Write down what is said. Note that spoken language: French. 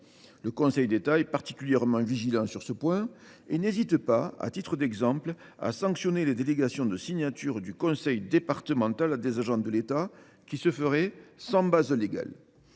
Le Conseil d’État est particulièrement vigilant sur ce point : il n’hésite pas, par exemple, à sanctionner les délégations de signature du conseil départemental à des agents de l’État dépourvues de base légale.